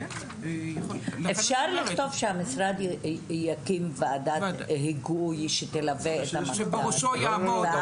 אפשר לכתוב שהמשרד יקים ועדת היגוי שתלווה את המחקר.